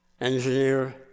engineer